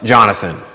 Jonathan